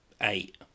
eight